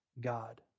God